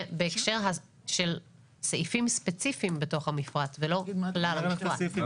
בהקשר של סעיפים ספציפיים בתוך המפרט ולא כלל המפרט.